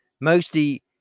mostly